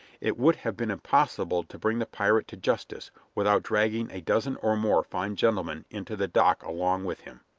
it would have been impossible to bring the pirate to justice without dragging a dozen or more fine gentlemen into the dock along with him.